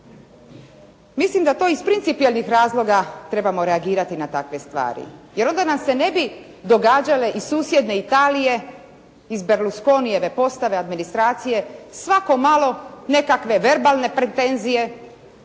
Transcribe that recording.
Mislim da to iz principijelnih razloga trebamo reagirati na takve stvari, jer onda nam se ne bi događale i susjedne Italije iz Deblusconijeve postave administracije, svako malo nekakve verbalne pretenzije